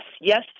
yes